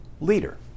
leader